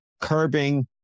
curbing